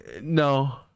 No